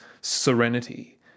serenity